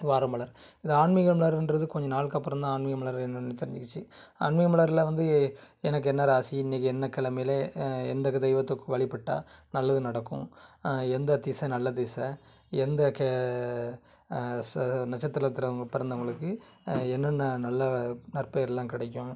வார மலர் இந்த ஆன்மீக மலர்ன்றது கொஞ்ச நாளுக்கு அப்புறந்தான் ஆன்மீக மலர் என்னென்னு தெரிஞ்சிக்கிச்சு ஆன்மீக மலர்ல வந்து எனக்கு என்ன ராசி இன்றைக்கி என்ன கிழமையில எந்த தெய்வத்துக்கு வழிபட்டா நல்லது நடக்கும் எந்த திசை நல்ல திசை எந்த கே ச நட்சத்திரத்தில் பிறந்தவங்களுக்கு என்னென்ன நல்ல நற்பெயர்லாம் கிடைக்கும்